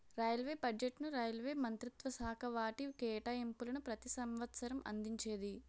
railway బడ్జెట్ను railway మంత్రిత్వశాఖ వాటి కేటాయింపులను ప్రతి సంవసరం అందించేది